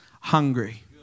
hungry